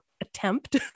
attempt